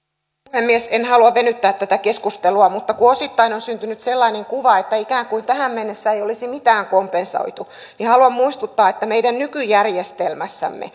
puhemies en halua venyttää tätä keskustelua mutta kun osittain on syntynyt sellainen kuva että ikään kuin tähän mennessä ei olisi mitään kompensoitu niin haluan muistuttaa että meidän nykyjärjestelmässämme